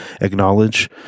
acknowledge